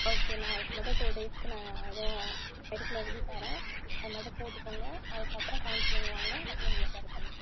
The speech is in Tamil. ஓகே நான் அதுக்கு மட்டும் டூ டேஸ்க்கு நான் எதும் மெடிசன் எழுதி தரேன் அதை மட்டும் போட்டுக்கோங்க அதுக்கப்புறம் கவுன்சிலிங் வாங்க அப்படே நம்ம சரி பண்ணிக்கலாம்